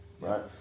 Right